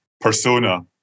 persona